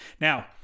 Now